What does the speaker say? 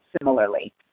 similarly